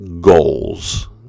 goals